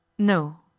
No